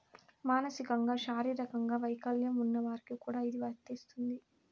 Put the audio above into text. మానసికంగా శారీరకంగా వైకల్యం ఉన్న వారికి కూడా ఇది వర్తిస్తుంది